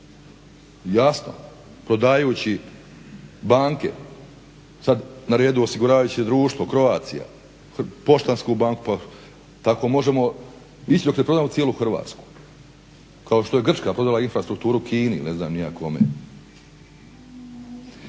Jasno, dodajući banke, sad na redu osiguravajuće društvo Croatia, Poštansku banku, pa tako možemo ići dok ne prodamo cijelu Hrvatsku kao što je Grčka prodala infrastrukturu Kinu ili ne znam ni ja kome.